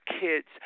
kids